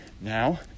now